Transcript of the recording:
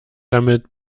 damit